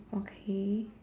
okay